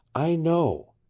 i know.